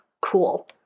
Cool